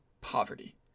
poverty